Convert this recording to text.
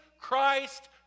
Christ